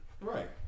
right